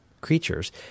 creatures